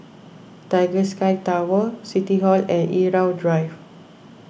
Tiger Sky Tower City Hall and Irau Drive